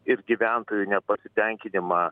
ir gyventojų nepasitenkinimą